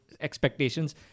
expectations